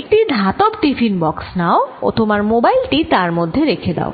একটি ধাতব টিফিন বাক্স নাও ও তোমার মোবাইল টি তার মধ্যে রেখে দাও